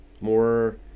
More